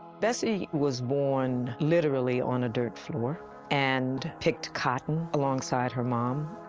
bessie was born literally on a dirt floor and picked cotton alongside her mom.